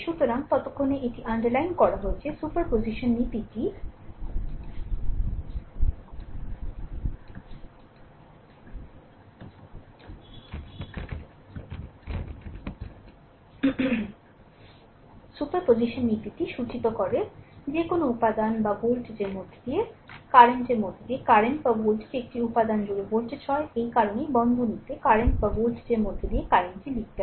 সুতরাং ততক্ষণে এটি আন্ডারলাইন করা হয়েছে সুপারপজিশন নীতিটি সূচিত করে যে কোনও উপাদান বা ভোল্টেজের মধ্য দিয়ে কারেন্টের মধ্য দিয়ে কারেন্ট বা ভোল্টেজ একটি উপাদান জুড়ে ভোল্টেজ হয় এই কারণেই বন্ধনীতে কারেন্ট বা ভোল্টেজের মধ্য দিয়ে কারেন্টটি লিখতে হবে